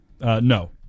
No